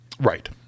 right